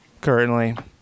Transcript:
currently